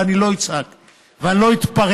ואני לא אצעק ואני לא אתפרע